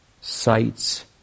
sights